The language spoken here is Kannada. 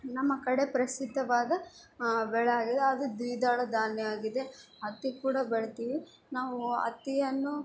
ನಮ್ಮ ಕಡೆ ಪ್ರಸಿದ್ದವಾದ ಬೆಳೆ ಆಗಿದೆ ಅದು ದ್ವಿದಳ ಧಾನ್ಯ ಆಗಿದೆ ಹತ್ತಿ ಕೂಡ ಬೆಳಿತೀವಿ ನಾವು ಹತ್ತಿಯನ್ನು